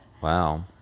Wow